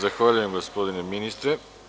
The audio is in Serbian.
Zahvaljujem gospodine ministre.